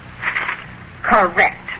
Correct